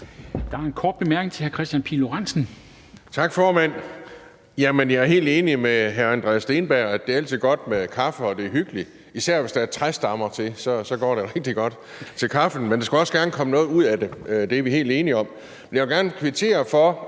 Jeg er helt enig med hr. Andreas Steenberg i, at det altid er godt med kaffe, og at det er hyggeligt, især hvis der er træstammer til kaffen, går det jo rigtig godt. Men der skal også gerne komme noget ud af det. Det er vi helt enige om. Men jeg vil gerne kvittere for